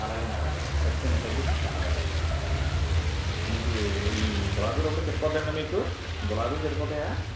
అలాగే అండి అలాగే అలాగే ఖచ్చితంగా తగ్గిచ్చి ఇస్తాను అలాగే మీకు ఈ గులాబీలు ఒకటే సరిపోతుందండి మీకు గులాబీలు సరిపోతాయా